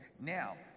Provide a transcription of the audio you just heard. Now